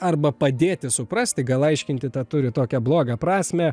arba padėti suprasti gal aiškinti tą turi tokią blogą prasmę